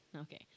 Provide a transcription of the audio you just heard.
Okay